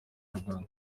inyarwanda